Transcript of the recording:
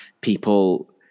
people